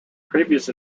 previous